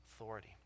authority